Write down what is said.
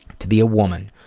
to be a woman.